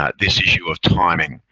ah this issue of timing.